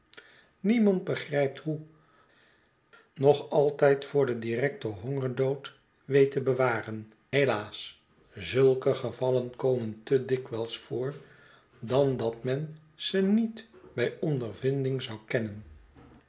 niemand begrijpt hoe nog altijd voor direkten hongerdood weet te bewaren helaas zulke gevallen komen te dikwijls voor dan dat men ze niet by ondervinding zou kennen